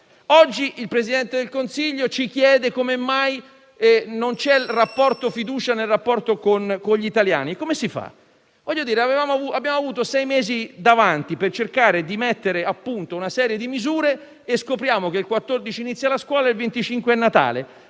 Oggi il Presidente del Consiglio ci chiede come mai non ci sia fiducia nel rapporto con gli italiani. Come si fa? Abbiamo avuto sei mesi per cercare di mettere a punto una serie di misure e scopriamo che il 14 settembre inizia la scuola e il 25 dicembre